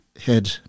head